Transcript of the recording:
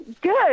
good